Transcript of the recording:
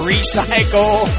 Recycle